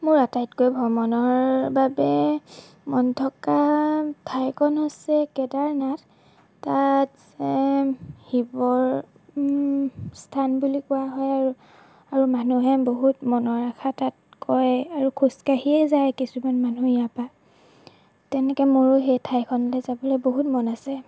মোৰ আটাইতকৈ ভ্ৰমণৰ বাবে মন থকা ঠাইকণ হৈছে কেদাৰনাথ তাত শিৱৰ স্থান বুলি কোৱা হয় আৰু আৰু মানুহে বহুত মনৰ আশা তাত কয় আৰু খোজকাঢ়িয়েই যায় কিছুমান মানুহ ইয়াৰ পৰা তেনেকৈ মোৰো সেই ঠাইখনলৈ যাবলৈ বহুত মন আছে